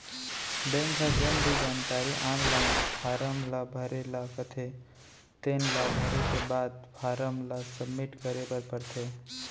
bank ह जेन भी जानकारी आनलाइन फारम ल भरे ल कथे तेन ल भरे के बाद फारम ल सबमिट करे बर परथे